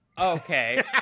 Okay